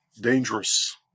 dangerous